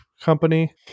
company